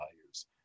values